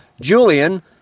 Julian